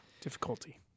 Difficulty